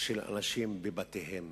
של אנשים בבתיהם.